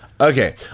Okay